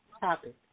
topic